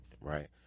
Right